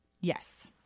Yes